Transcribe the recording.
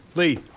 lee.